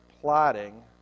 plotting